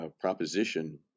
proposition